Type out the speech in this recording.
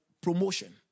promotion